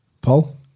Paul